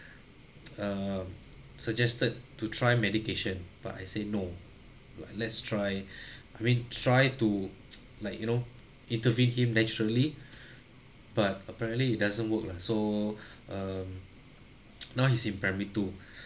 um suggested to try medication but I say no lah let's try I mean try to like you know interview him naturally but apparently it doesn't work lah so um now he's in primary two